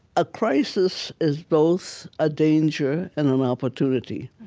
a crisis is both a danger and an opportunity.